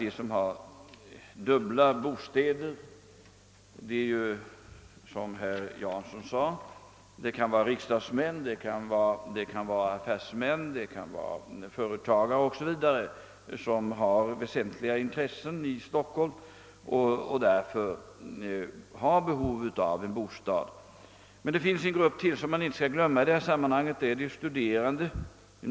Den kategorin består bl.a., som herr Jansson sade, av riksdagsmän, affärsmän, företagare m.fl.: med viktiga intressen att bevaka i Stockholm. De har därför behov av bostad där. Men det finns ytterligare en grupp, som vi inte skall glömma i sammanhanget, nämligen de studerande.